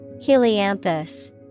Helianthus